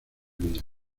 vías